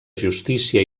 justícia